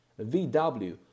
VW